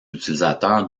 utilisateurs